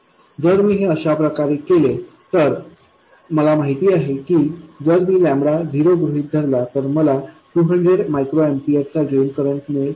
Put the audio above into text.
जर मी हे अशाप्रकारे केले तर मला माहित आहे की जर मी 0 गृहीत धरला तर मला 200 मायक्रो एम्पीयर चा ड्रेन करंट मिळेल